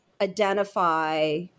identify